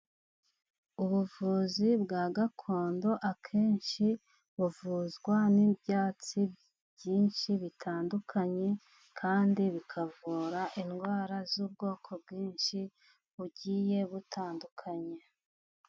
Ubuvuzi bwa gakondo akenshi buvuzwa n'ibyatsi byinshi bitandukanye, kandi bikavura indwara z'ubwoko bwinshi bugiye butandukanye.